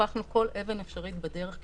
הפכנו כל אבן אפשרית בדרך,